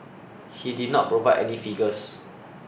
he did not provide any figures